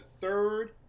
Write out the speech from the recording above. third